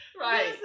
Right